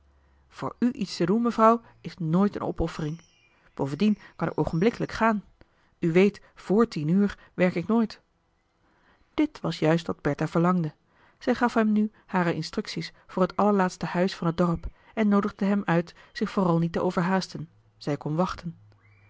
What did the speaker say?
voor u iets te doen mevrouw is nooit een opoffering bovendien kan ik oogenblikkelijk gaan u weet voor tien uur werk ik nooit dit was juist wat bertha verlangde zij gaf hem nu hare instructie's voor het allerlaatste huis van het dorp en noodigde hem uit zich vooral niet te overhaasten zij kon wachten